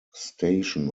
station